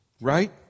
right